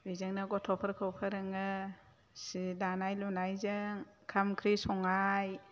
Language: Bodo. बेजोंनो गथ'फोरखौ फोरोङो सि दानाय लुनायजों ओंखाम ओंख्रि संनाय